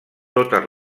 totes